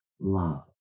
love